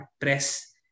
press